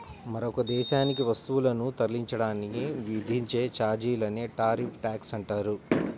మరొక దేశానికి వస్తువులను తరలించడానికి విధించే ఛార్జీలనే టారిఫ్ ట్యాక్స్ అంటారు